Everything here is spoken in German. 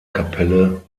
kapelle